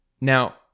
Now